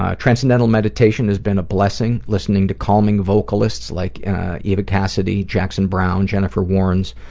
ah transcendental meditation has been a blessing. listening to calming vocalists like eva cassidy, jackson browne, jennifer warrens,